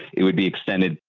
it would be extended.